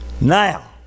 Now